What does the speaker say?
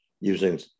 using